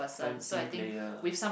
time team player ah